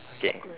okay